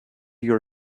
your